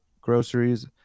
groceries